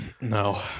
No